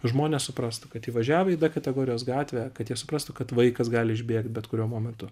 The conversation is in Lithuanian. žmonės suprastų kad įvažiavo į d kategorijos gatvę kad jie suprastų kad vaikas gali išbėgt bet kuriuo momentu